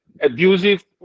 abusive